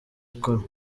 ikora